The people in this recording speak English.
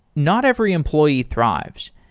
not every employee thrives,